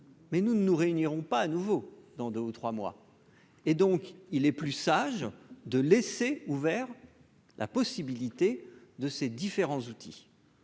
mais nous nous réunirons pas à nouveau dans 2 ou 3 mois, et donc il est plus sage de laisser ouvert la possibilité de ces différents outils.